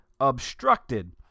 obstructed